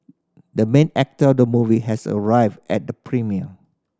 the main actor of the movie has arrived at the premiere